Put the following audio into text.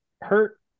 hurt